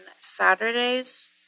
Saturdays